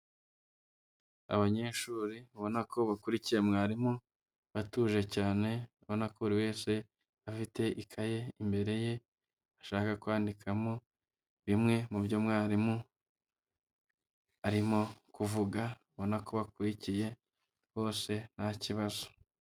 Abanyeshuri ubona ko bakurikiye mwarimu, batuje cyane, abona ko buri wese, afite ikaye imbere ye. Ashaka kwandikamo, bimwe mu byo mwarimu, arimo, kuvuga. Ubona ko bakurikiye, bose nta kibazo.